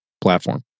platform